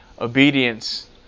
obedience